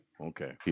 Okay